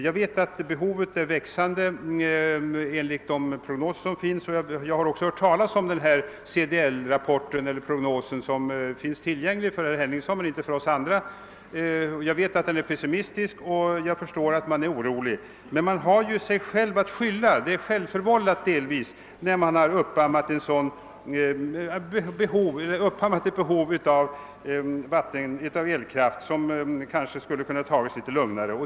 Jag vet att behovet av elkraft är växande enligt de prognoser som gjorts, och jag har också hört talas om den CDL-prognos som finns tillgänglig för herr Henningsson men inte för oss andra. Jag vet att den rapporten är pessimistisk och att detta kan inge oro. Men man har sig själv att skylla, eftersom man har uppammat detta behov av elkraft. Vi skulle kanske ha kunnat ta det litet lugnare.